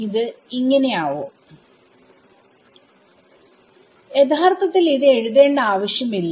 ഇത് ഇങ്ങനെ ആവും യഥാർത്ഥത്തിൽ ഇത് എഴുതേണ്ട ആവശ്യം ഇല്ല